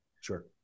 sure